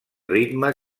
ritme